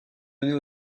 donner